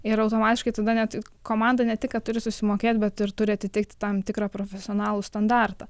ir automatiškai tada net komanda ne tik kad turi susimokėt bet ir turi atitikt tam tikrą profesionalų standartą